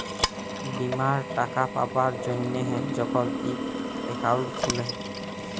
বীমার টাকা পাবার জ্যনহে যখল ইক একাউল্ট খুলে